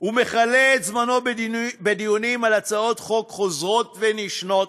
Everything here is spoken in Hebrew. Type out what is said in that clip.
הוא מכלה את זמנו בדיונים על הצעות חוק חוזרות ונשנות,